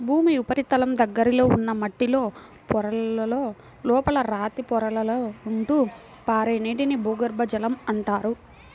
భూమి ఉపరితలం దగ్గరలో ఉన్న మట్టిలో పొరలలో, లోపల రాతి పొరలలో ఉంటూ పారే నీటిని భూగర్భ జలం అంటారు